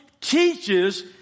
teaches